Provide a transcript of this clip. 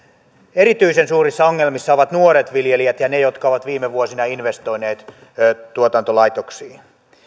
erityisen suurissa ongelmissa ovat nuoret viljelijät ja ne jotka ovat viime vuosina investoineet tuotantolaitoksiin